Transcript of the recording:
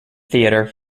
theatre